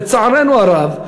לצערנו הרב,